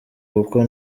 kuko